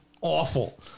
awful